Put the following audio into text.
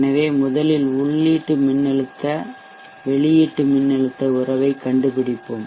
எனவே முதலில் உள்ளீட்டு மின்னழுத்த வெளியீட்டு மின்னழுத்த உறவைக் கண்டுபிடிப்போம்